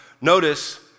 Notice